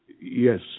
Yes